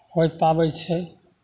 होय पाबै छै